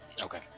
Okay